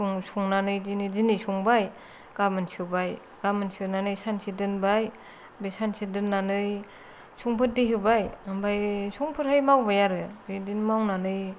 सं संनानै दिनै संबाय गाबोन सोबाय गाबोन सोनानै सानसे दोनबाय ओमफ्राय सानसे दोननानै समफोर दै होेबाय ओमफ्राय समफोरहाय मावबाय आरो बेदिनो मावनानै